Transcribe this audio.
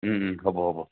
হ'ব হ'ব